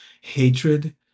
hatred